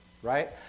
right